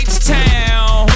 H-Town